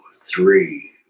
three